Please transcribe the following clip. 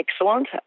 excellent